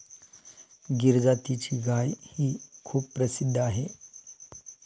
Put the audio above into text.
गीर जातीची गायही खूप प्रसिद्ध आहे